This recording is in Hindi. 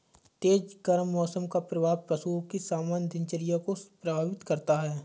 तेज गर्म मौसम का प्रभाव पशुओं की सामान्य दिनचर्या को प्रभावित करता है